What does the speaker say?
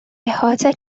احاطه